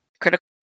Critical